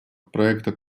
проекта